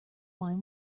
wine